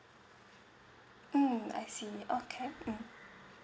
mm I see okay mm